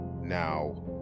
now